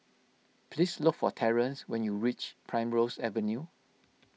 please look for Terrance when you reach Primrose Avenue